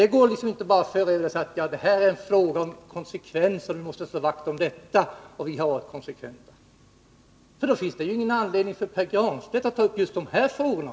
Det går inte att bara säga att det är en fråga om konsekvens, att vi måste slå vakt om Sveriges utrikespolitik och att ni själva har varit konsekventa. Då finns det ingen anledning för Pär Granstedt att ta upp just de här frågorna!